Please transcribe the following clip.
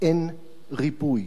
אין ריפוי.